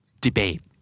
Debate